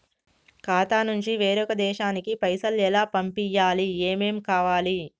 ఖాతా నుంచి వేరొక దేశానికి పైసలు ఎలా పంపియ్యాలి? ఏమేం కావాలి?